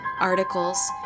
articles